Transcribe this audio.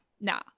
nah